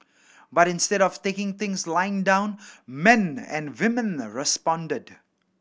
but instead of taking things lying down men and women responded